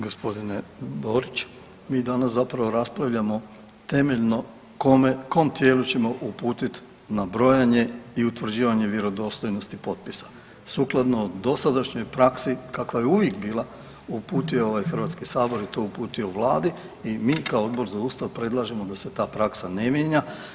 Gospodinu Boriću, mi danas zapravo raspravljamo temeljno kome, kom tijelu ćemo uputit na brojanje i utvrđivanje vjerodostojnosti potpisa sukladno dosadašnjoj praksi kakva je uvijek bila uputio ovaj HS i to uputio vladi i mi kao Odbor za ustav predlažemo da se ta praksa ne mijenja.